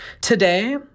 Today